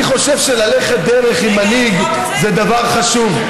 אני חושב שללכת דרך עם מנהיג זה דבר חשוב.